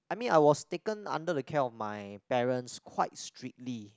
I mean I was taken under the care of my parents quite strictly